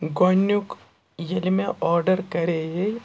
گۄڈٕنیُک ییٚلہِ مےٚ آرڈَر کَرییے